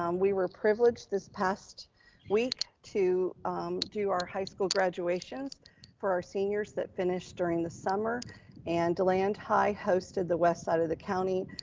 um we were privileged this past week to do our high school graduation for our seniors that finished during the summer and deland high hosted the west side of the county.